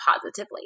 positively